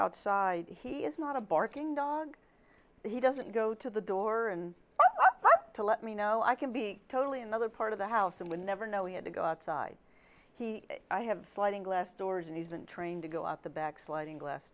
outside he is not a barking dog he doesn't go to the door and to let me know i can be totally another part of the house and will never know he had to go outside he i have sliding glass doors and he's been trained to go out the back sliding glass